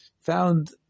found